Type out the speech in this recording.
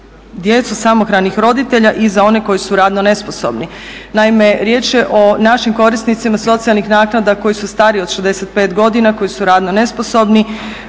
djecu samohranih roditelja i za one koji su radno nesposobni. Naime, riječ je o našim korisnicima socijalnih naknada koji su stariji od 65 godina, koji su radno nesposobni,